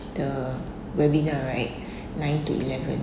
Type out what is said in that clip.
the webinar right nine to eleven